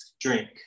drink